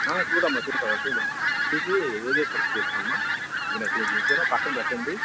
ఆ చూడు అమ్మా చూడు చూడు చూసి ఏదో సెలెక్ట్ చేసుకో అమ్మా మీకు నచ్చినవి తీసుకొని పక్కన పెట్టండి